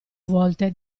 volte